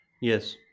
Yes